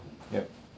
yup